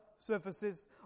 Surfaces